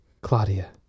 Claudia